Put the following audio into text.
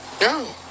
No